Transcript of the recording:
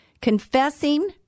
Confessing